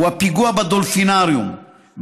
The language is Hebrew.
הפיגוע בדולפינריום,